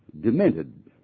demented